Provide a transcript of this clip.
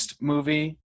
movie